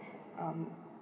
um